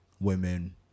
women